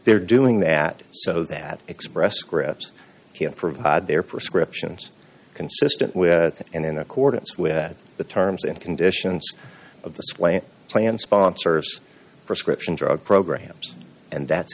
they're doing that so that express scripts provide their prescriptions consistent with and in accordance with the terms and conditions of this way plan sponsors prescription drug programs and that's